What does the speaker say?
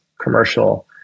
commercial